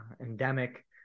endemic